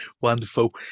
wonderful